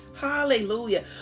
Hallelujah